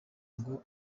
ngo